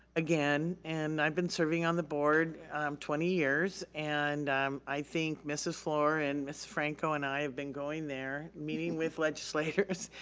again and i've been serving on the board twenty years and um i think mrs. fluor and ms. franco and i have been going there, meeting with legislators,